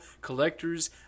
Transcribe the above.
collector's